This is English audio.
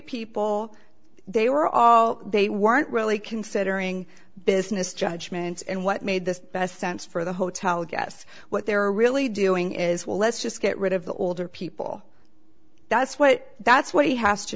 people they were all they weren't really considering business judgments and what made the best sense for the hotel guests what they're really doing is well let's just get rid of the older people that's what that's what he has to